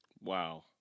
Wow